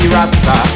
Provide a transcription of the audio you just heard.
Rasta